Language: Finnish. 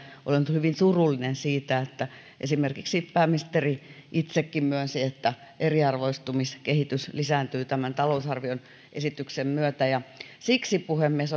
hyvin surullinen siitä että esimerkiksi pääministeri itsekin myönsi että eriarvoistumiskehitys lisääntyy tämän talousarvioesityksen myötä siksi puhemies